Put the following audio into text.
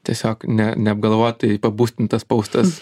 tiesiog ne neapgalvotai pabustintas paustas